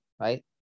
right